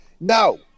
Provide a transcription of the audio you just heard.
No